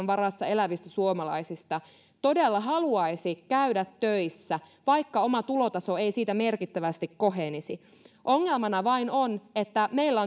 varassa elävistä suomalaisista todella haluaisi käydä töissä vaikka oma tulotaso ei siitä merkittävästi kohenisi ongelmana vain on että meillä